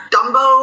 Dumbo